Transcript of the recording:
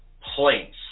place